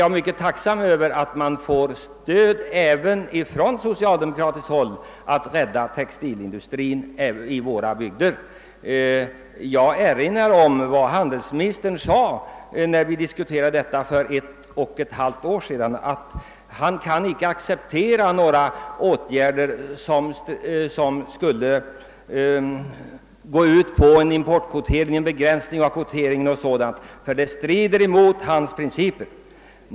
Jag är mycket tacksam över att även socialdemokraterna vill stödja textilindustrin också i våra bygder, och jag kan erinra om vad handelsministern sade när vi diskuterade problemet för ett och ett halvt år sedan. Han framhöll då bl.a. att han inte kan acceptera några åtgärder som går ut på en begränsning av kvoteringen, eftersom det stred mot hans principer.